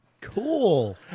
Cool